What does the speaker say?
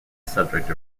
subject